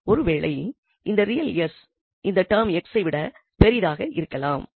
ஒருவேளை இந்த ரியல் 𝑠 இந்த டெர்ம் 𝑥 ஐ விட பெரிதாக இருக்கலாம்